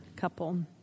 couple